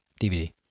DVD